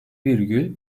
virgül